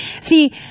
See